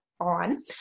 on